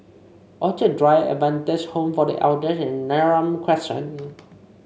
Orchid Drive Adventist Home for The Elders and Neram Crescent